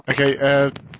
Okay